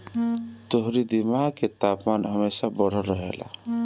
तोहरी दिमाग के तापमान हमेशा बढ़ल रहेला